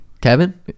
Kevin